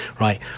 right